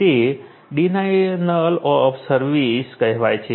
તે denial of service કહેવાય છે